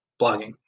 blogging